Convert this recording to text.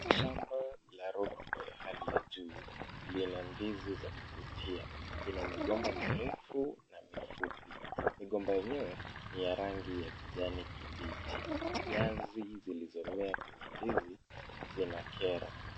Shamba la rotuba ya hali ya juu lina ndizi za kuvutia. Lina migomba mirefu na mifupi. Migomba yenyewe ni ya rangi ya kijani kibichi. Nyasi zilizomea kwenye ndizi zinakera.